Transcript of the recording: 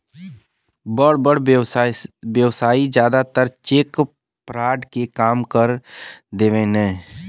बड़ बड़ व्यवसायी जादातर चेक फ्रॉड के काम कर देवेने